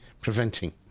preventing